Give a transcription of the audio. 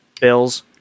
Bills